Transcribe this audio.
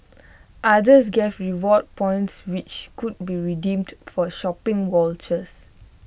others gave rewards points which could be redeemed for shopping vouchers